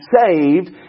saved